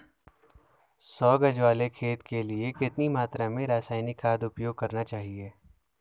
सौ गज वाले खेत के लिए कितनी मात्रा में रासायनिक खाद उपयोग करना चाहिए?